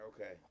Okay